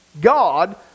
God